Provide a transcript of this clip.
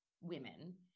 women